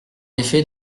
effet